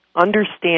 Understand